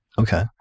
okay